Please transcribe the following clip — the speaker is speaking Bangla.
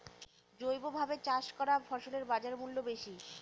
জৈবভাবে চাষ করা ফসলের বাজারমূল্য বেশি